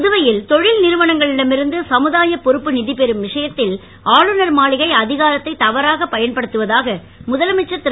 புதுவையில் தொழில் நிறுவனங்களிடம் இருந்து சமுதாய பொறுப்பு நிதி பெறும் விஷயத்தில் ஆளுநர் மாளிகை அதிகாரத்தை தவறாகப் பயன்படுத்துவதாக முதலமைச்சர் திரு